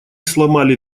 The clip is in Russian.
сломали